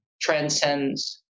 transcends